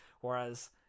Whereas